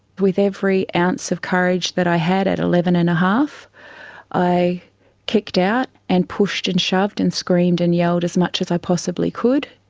with every ounce of courage that i had at eleven and half i kicked out and pushed and shoved and screamed and yelled as much as i possibly could,